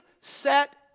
set